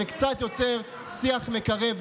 וקצת יותר שיח מקרב,